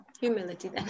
humility